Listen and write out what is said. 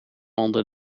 onder